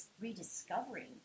rediscovering